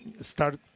start